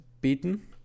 beaten